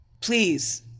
Please